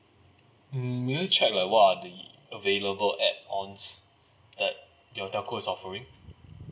mm may I check like what are the available add-ons that your telco is offering